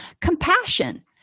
Compassion